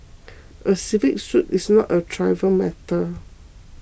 a civil suit is not a trivial matter